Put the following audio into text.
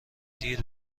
دیر